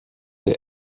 des